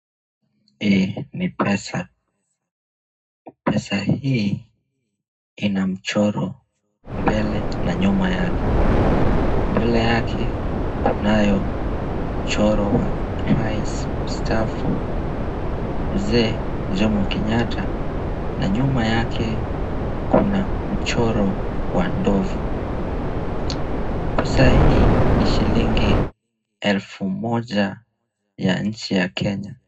Hii ni pesa. Pesa hii ina mchoro mbele na nyuma yake. Mbele yake kunayo mchoro wa rais mstaafu Mzee Jomo Kenyatta na nyuma yake kuna mchoro wa ndovu. Pesa hii ni shilingi elfu moja ya nchi ya Kenya.